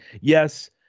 yes